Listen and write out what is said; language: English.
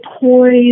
poised